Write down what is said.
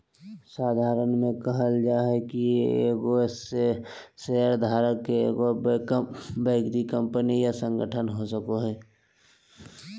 साधारण में कहल जाय कि एगो शेयरधारक के एगो व्यक्ति कंपनी या संगठन हो सको हइ